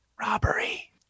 robbery